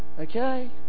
Okay